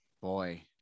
boy